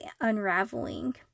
unraveling